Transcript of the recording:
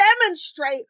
demonstrate